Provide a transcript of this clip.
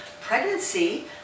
pregnancy